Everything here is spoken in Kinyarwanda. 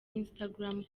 instagram